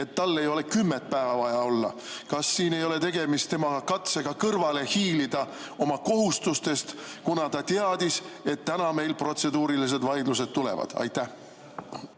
et tal ei ole kümmet päeva vaja isolatsioonis olla? Kas siin ei ole tegemist tema katsega kõrvale hiilida oma kohustustest, kuna ta teadis, et täna meil protseduurilised vaidlused tulevad? Ma